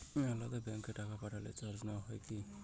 আলাদা ব্যাংকে টাকা পাঠালে চার্জ নেওয়া হয় কি?